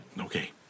okay